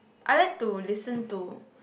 I like to listen to